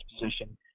position